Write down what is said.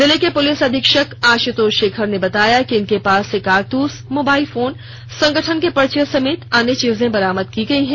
जिले के पुलिस अधीक्षक आशुतोष शेखर ने बताया कि इनके पास से कारतूस मोबाइल फोन संगठन के पर्चे सर्मेत अन्य चीजें बरामद की गई हैं